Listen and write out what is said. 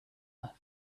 left